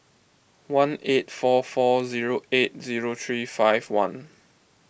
one eight four four zero eight zero three five one